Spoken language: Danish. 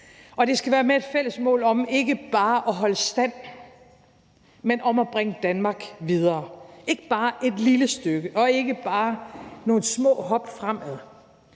og det skal være med et fælles mål om ikke bare at holde stand, men om at bringe Danmark videre, ikke bare et lille stykke og ikke bare nogle små hop fremad.